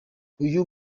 uyu